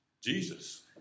Jesus